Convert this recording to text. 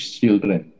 children